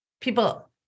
people